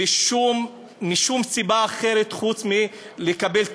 משום סיבה אחרת, חוץ מלקבל טיפול.